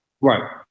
right